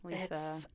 Lisa